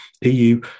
EU